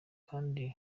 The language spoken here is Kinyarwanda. kandi